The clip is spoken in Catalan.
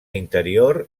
interior